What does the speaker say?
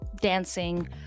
dancing